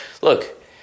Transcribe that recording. Look